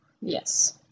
Yes